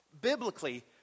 biblically